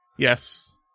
Yes